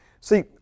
See